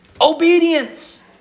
Obedience